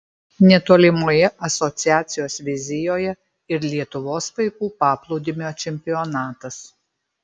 netolimoje asociacijos vizijoje ir lietuvos vaikų paplūdimio čempionatas